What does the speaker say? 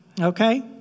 Okay